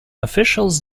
officials